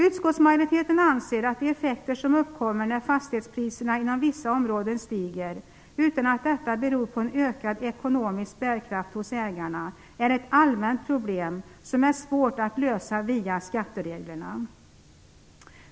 Utskottsmajoriteten anser att de effekter som uppkommer när fastighetspriserna inom vissa områden stiger, utan att detta beror på en ökad ekonomisk bärkraft hos ägarna, är ett allmänt problem som är svårt att lösa via skattereglerna.